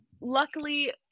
luckily